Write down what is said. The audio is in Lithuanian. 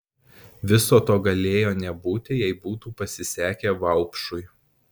viso to galėjo nebūti jei būtų pasisekę vaupšui